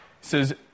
says